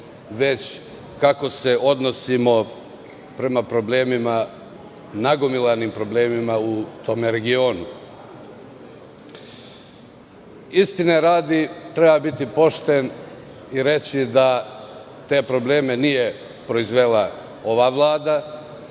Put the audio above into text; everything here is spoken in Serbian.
već kako se odnosimo prema problemima, nagomilanim u tom regionu. Istine radi treba biti pošten i reći da te probleme nije proizvela ova vlada,